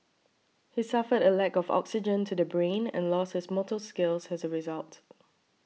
he suffered a lack of oxygen to the brain and lost his motor skills as a result